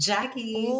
Jackie